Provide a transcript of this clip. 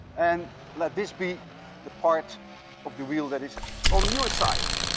and let this be the part of the wheel that is on your side.